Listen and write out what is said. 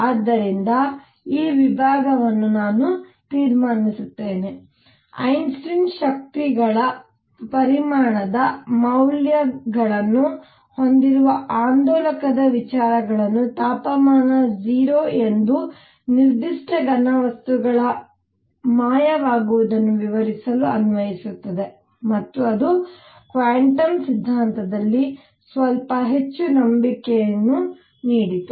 ಆದ್ದರಿಂದ ಈ ವಿಭಾಗವನ್ನು ನಾನು ತೀರ್ಮಾನಿಸುತ್ತೇನೆ ಐನ್ಸ್ಟೈನ್ ಶಕ್ತಿಗಳ ಪರಿಮಾಣದ ಮೌಲ್ಯಗಳನ್ನು ಹೊಂದಿರುವ ಆಂದೋಲಕದ ವಿಚಾರಗಳನ್ನು ತಾಪಮಾನ 0 ಎಂದು ನಿರ್ದಿಷ್ಟ ಘನವಸ್ತುಗಳ ಮಾಯವಾಗುವುದನ್ನು ವಿವರಿಸಲು ಅನ್ವಯಿಸುತ್ತದೆ ಮತ್ತು ಅದು ಕ್ವಾಂಟಮ್ ಸಿದ್ಧಾಂತದಲ್ಲಿ ಸ್ವಲ್ಪ ಹೆಚ್ಚು ನಂಬಿಕೆಯನ್ನು ನೀಡಿತು